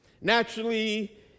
naturally